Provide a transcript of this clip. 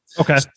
okay